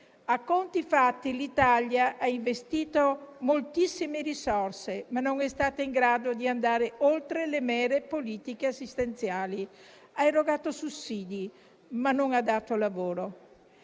A conti fatti, l'Italia ha investito moltissime risorse, ma non è stata in grado di andare oltre le mere politiche assistenziali. Ha erogato sussidi, ma non ha dato lavoro